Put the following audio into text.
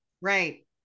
right